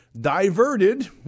diverted